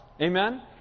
Amen